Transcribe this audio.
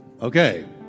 Okay